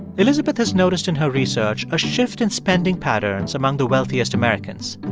elizabeth has noticed in her research a shift in spending patterns among the wealthiest americans,